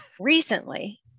recently